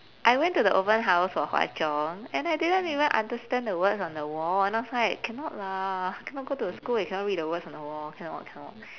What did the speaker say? I went to the open house for hwa chong and I didn't even understand the words on the wall and I was like cannot lah cannot go to the school where you cannot read the words on the wall cannot cannot